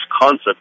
concept